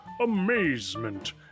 amazement